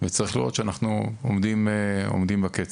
וצריכים לראות שאנחנו עומדים בקצב.